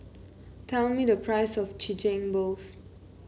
tell me the price of Chigenabe